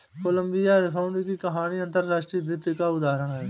Colombia rebound की कहानी अंतर्राष्ट्रीय वित्त का उदाहरण है